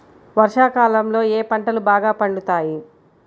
వర్షాకాలంలో ఏ పంటలు బాగా పండుతాయి?